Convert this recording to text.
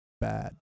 bad